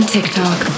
TikTok